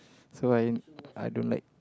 so I I don't like